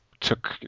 took